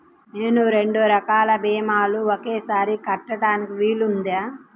నేను రెండు రకాల భీమాలు ఒకేసారి కట్టడానికి వీలుందా?